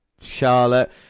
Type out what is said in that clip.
Charlotte